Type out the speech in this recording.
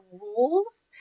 rules